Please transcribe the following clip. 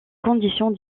conditions